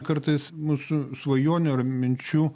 kartais mūsų svajonių ar minčių